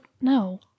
No